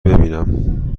ببینم